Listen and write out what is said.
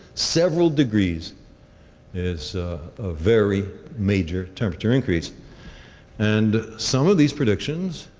several degrees is a very major temperature increase and some of these predictions,